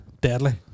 deadly